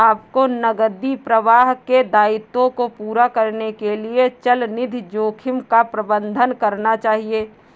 आपको नकदी प्रवाह के दायित्वों को पूरा करने के लिए चलनिधि जोखिम का प्रबंधन करना चाहिए